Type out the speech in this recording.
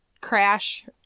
crash